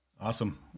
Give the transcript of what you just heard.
awesome